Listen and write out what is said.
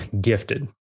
gifted